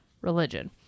religion